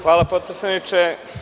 Hvala, potpredsedniče.